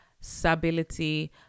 stability